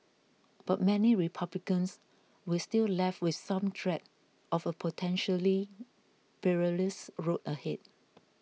but many Republicans were still left with some dread of a potentially perilous road ahead